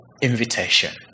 invitation